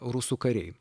rusų kariai